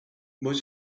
most